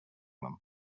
them